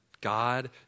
God